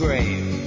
Grave